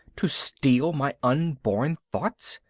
to steal my unborn thoughts?